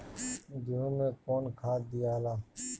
गेहूं मे कौन खाद दियाला?